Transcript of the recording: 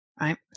right